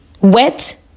wet